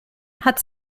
hat